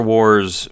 Wars